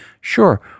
sure